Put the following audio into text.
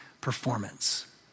performance